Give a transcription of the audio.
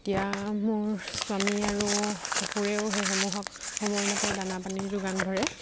এতিয়া মোৰ স্বামী আৰু শহুৰেও সেইসমূহক সময়মতে দানা পানীৰ যোগান ধৰে